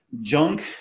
junk